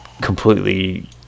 completely